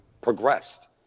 progressed